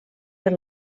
per